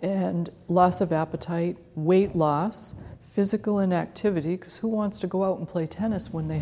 and loss of appetite weight loss physical inactivity because who wants to go out and play tennis when they